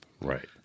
right